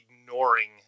ignoring